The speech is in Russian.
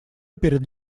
перед